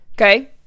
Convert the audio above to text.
Okay